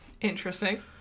Interesting